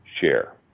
share